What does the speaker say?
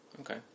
Okay